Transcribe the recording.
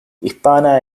hispana